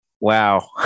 Wow